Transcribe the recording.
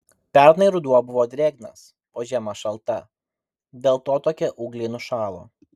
pernai ruduo buvo drėgnas o žiema šalta dėl to tokie ūgliai nušalo